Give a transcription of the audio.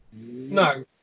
No